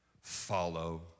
follow